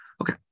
Okay